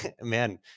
man